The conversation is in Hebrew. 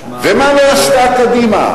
ומה לא עשתה קדימה?